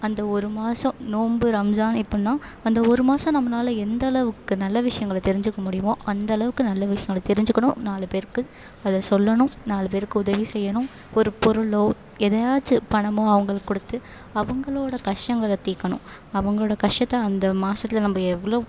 அந்த ஒரு மாதம் நோன்பு ரம்ஜான் எப்படின்னா அந்த ஒரு மாதம் நம்மளால் எந்தளவுக்கு நல்ல விஷயங்களை தெரிஞ்சிக்க முடியும் அந்தளவுக்கு நல்ல விஷயங்களை தெரிஞ்சிக்கணும் நாலு பேருக்கு அதை சொல்லணும் நாலு பேருக்கு உதவி செய்யணும் ஒரு பொருளோ எதையாச்சி பணம் அவங்களுக்கு கொடுத்து அவங்களோட கஷ்டங்களை தீர்கணும் அவுங்களோட கஷ்டத்தை அந்த மாசத்தில் நம்ம எவ்வளோ